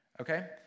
okay